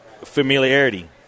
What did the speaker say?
familiarity